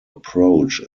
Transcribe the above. approach